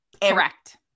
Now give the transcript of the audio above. Correct